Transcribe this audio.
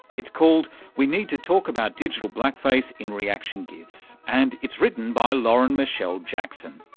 it's called we need to talk about digital blackface in reaction gifs and it's written by lauren michele jackson.